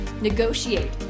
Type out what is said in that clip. negotiate